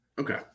Okay